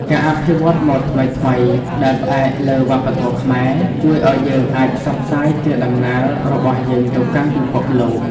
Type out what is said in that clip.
ការអភិវឌ្ឍម៉ូដថ្មីៗដែលផ្អែកលើវប្បធម៌ខ្មែរ ជួយឱ្យយើងអាចផ្សព្វផ្សាយកេរដំណែលរបស់យើងទៅកាន់ពិភពលោក។